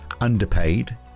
underpaid